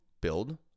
build